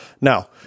Now